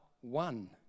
one